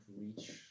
reach